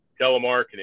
telemarketing